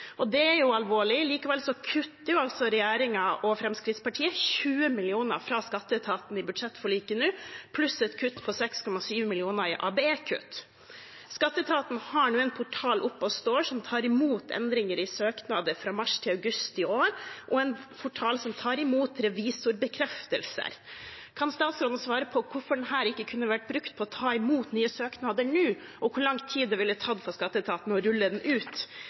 Det er jo alvorlig. Likevel kutter regjeringen og Fremskrittspartiet 20 mill. kr fra skatteetaten i budsjettforliket, pluss et kutt på 6,7 mill. kr i ABE-kutt. Skatteetaten har nå en portal oppe å stå som tar imot endringer i søknader fra mars til august i år, og en portal som tar imot revisorbekreftelser. Kan statsråden svare på hvorfor denne ikke kunne vært brukt til å ta imot nye søknader nå? Og hvor lang tid ville det tatt for skatteetaten å rulle den ut